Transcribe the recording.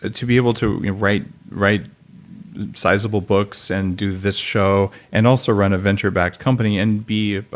ah to be able to write write sizeable books and do this show, and also run a venture-backed company, and be,